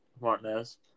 Martinez